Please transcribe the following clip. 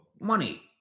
money